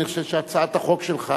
אני חושב שהצעת החוק שלך